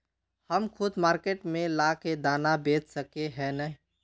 हम खुद मार्केट में ला के दाना बेच सके है नय?